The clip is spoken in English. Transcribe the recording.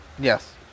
Yes